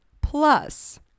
plus